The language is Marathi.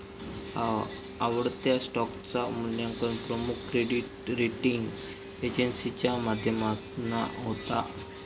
आवडत्या स्टॉकचा मुल्यांकन प्रमुख क्रेडीट रेटींग एजेंसीच्या माध्यमातना होता